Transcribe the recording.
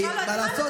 מה לסיום?